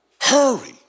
hurry